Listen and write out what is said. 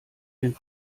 den